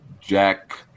Jack